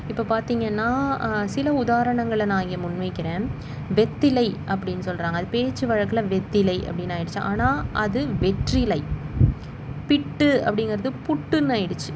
இப்போ பார்த்திங்கன்னா சில உதாரணங்களை நான் இங்கே முன் வைக்கிறேன் வெற்றிலை அப்படின்னு சொல்கிறாங்க அது பேச்சு வழக்கில் வெற்றிலை அப்படின்னு ஆயிடுச்சு ஆனால் அது வெற்றிலை பிட்டு அப்படிங்கறது புட்டுன்னு ஆயிடுச்சு